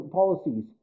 policies